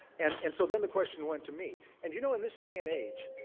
and and so then the question went to me. and you know in this day and age,